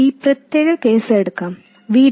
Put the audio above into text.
ഈ പ്രത്യേക കേസ് എടുക്കാം V T 0